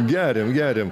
geriam geriam